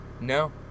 no